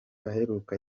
aheruka